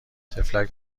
طفلک